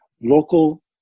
local